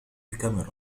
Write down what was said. الكاميرا